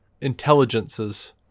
intelligences